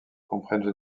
comprennent